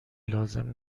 لازم